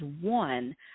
one